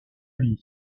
lit